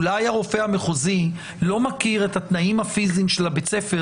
אולי הרופא המחוזי לא מכיר את התנאים הפיזיים של הבית ספר,